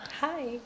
Hi